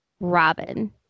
Robin